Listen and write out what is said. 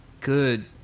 good